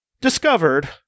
discovered